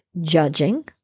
judging